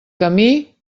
camí